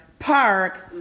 park